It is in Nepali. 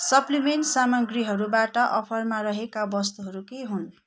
सप्लिमेन्ट सामग्रीहरूबाट अफरमा रहेका वस्तुहरू के हुन्